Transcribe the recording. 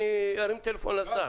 ארים טלפון לשר.